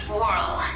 world